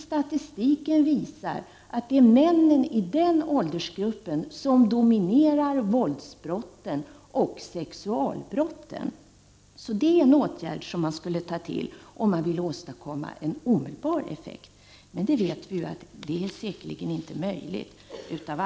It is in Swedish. Statistiken visar nämligen att det är män i den åldersgruppen som dominerar i fråga om våldsbrotten och sexualbrotten. Detta är alltså en åtgärd man skulle ta till om man ville åstadkomma en omedelbar effekt. Men vi vet ju att detta av andra skäl säkerligen inte är möjligt. Herr talman!